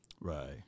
Right